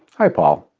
hi paul.